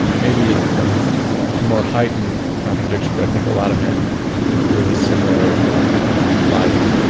maybe and and a more heightened contradiction, but i think a lot of men live a similar life.